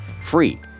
free